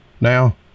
now